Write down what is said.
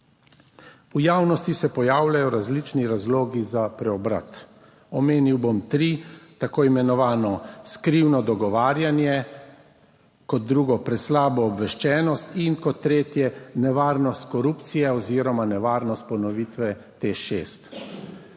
V javnosti se pojavljajo različni razlogi za preobrat, omenil bom tri: tako imenovano skrivno dogovarjanje, kot drugo preslabo obveščenost in kot tretje nevarnost korupcije oziroma nevarnost ponovitve TEŠ